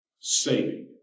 saving